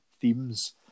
themes